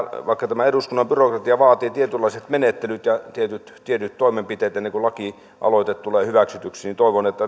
vaikka eduskunnan byrokratia vaatii tietynlaiset menettelyt ja tietyt tietyt toimenpiteet ennen kuin lakialoite tulee hyväksytyksi toivon että